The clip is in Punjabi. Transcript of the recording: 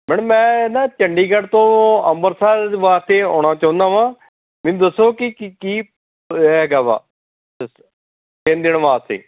ਮੈਡਮ ਮੈਂ ਨਾ ਚੰਡੀਗੜ੍ਹ ਤੋਂ ਅੰਮ੍ਰਿਤਸਰ ਵਾਸਤੇ ਆਉਣਾ ਚਾਹੁੰਦਾ ਵਾਂ ਮੈਨੂੰ ਦੱਸੋ ਕਿ ਕੀ ਹੈਗਾ ਵਾ ਤਿੰਨ ਦਿਨ ਵਾਸਤੇ